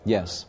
Yes